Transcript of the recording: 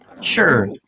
Sure